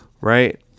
Right